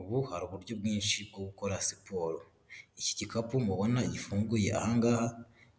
Ubu hari uburyo bwinshi bwo gukora siporo, iki gikapu mubona gifunguye aha ngaha